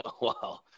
Wow